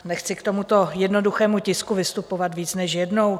Nechci k tomuto jednoduchému tisku vystupovat víc než jednou.